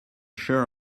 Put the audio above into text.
sure